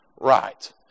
Right